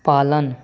पालन